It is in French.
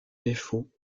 défauts